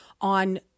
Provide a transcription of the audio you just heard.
on